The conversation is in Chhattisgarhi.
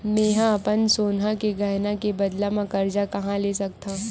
मेंहा अपन सोनहा के गहना के बदला मा कर्जा कहाँ ले सकथव?